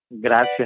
Gracias